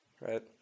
right